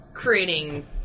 creating